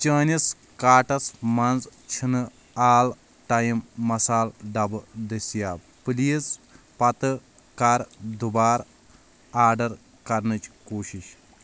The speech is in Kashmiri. چٲنِس کاٹس مَنٛز چھنہٕ آل ٹایم مسال ڈبہٕ دٔسیتاب، پلیز پتہٕ کر دُبار آڈر کرنٕچ کوٗشش